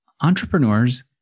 entrepreneurs